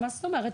מה זאת אומרת?